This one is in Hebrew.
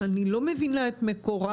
שאני לא מבינה את מקורה,